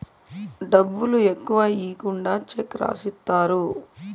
డబ్బులు ఎక్కువ ఈకుండా చెక్ రాసిత్తారు